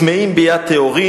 אני אתייעץ אתו.